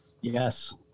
Yes